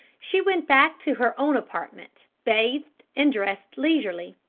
she went back to her own apartment, bathed and dressed leisurely.